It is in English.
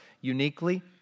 uniquely